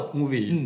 movie